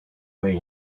way